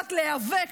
יודעת להיאבק,